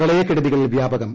പ്രളയക്കെടുതികൾ വ്യാപകം